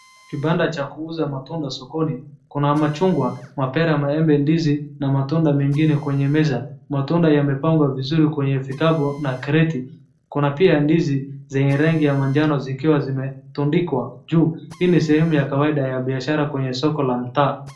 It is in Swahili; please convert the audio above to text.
Kibanda cha kuuza matunda sokoni kuna machungwa, mapera, maembe, ndizi na matunda mengine kwenye meza. Matunda yamepangwa vizuri kwenye kikapuu na kreti kuna pia ndizi zenye rangi ya manajano zikiwa zimetundikwa juu. Hii sehemu ya kawaida ya biashara kwenye soko la mtaa.